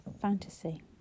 fantasy